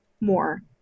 more